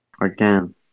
Again